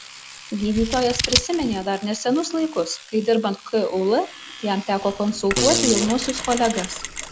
gydytojas prisiminė dar nesenus laikus kai dirbant kul jam teko konsultuoti jaunuosius kolegas